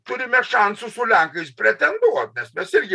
turime šansų su lenkais pretenduot nes mes irgi